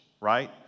right